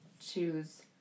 choose